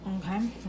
Okay